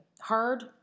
hard